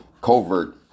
covert